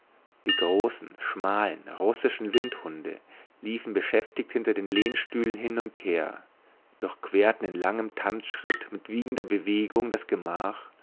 die großen schmalen russischen windhunde liefen beschäftigt hinter den lehnstühlen hin und her durchquerten in langem tanzschritt mit wiegender bewegung das gemach